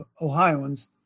Ohioans